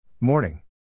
Morning